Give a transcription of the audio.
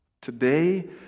Today